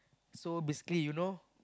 so basically you know